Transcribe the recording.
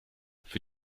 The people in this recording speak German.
für